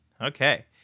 Okay